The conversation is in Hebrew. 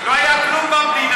היו גמלים, לא היה כלום במדינה.